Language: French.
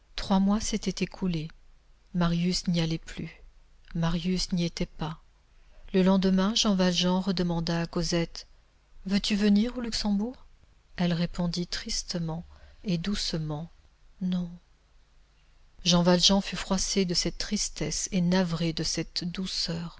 trois mois s'étaient écoulés marius n'y allait plus marius n'y était pas le lendemain jean valjean redemanda à cosette veux-tu venir au luxembourg elle répondit tristement et doucement non jean valjean fut froissé de cette tristesse et navré de cette douceur